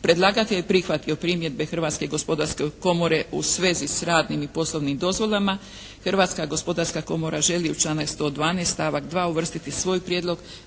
Predlagatelj je prihvatio primjedbe Hrvatske gospodarske komore u svezi s radnim i poslovnim dozvolama. Hrvatska gospodarska komora želi u članak 112. stavak 2. uvrstiti svoj prijedlog